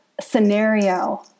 scenario